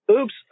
oops